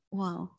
Wow